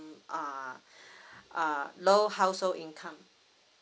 err uh low household income